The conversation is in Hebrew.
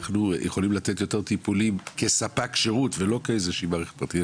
אנחנו יכולים לתת יותר טיפולים כספק שירות ולא כאיזושהי מערכת פרטית,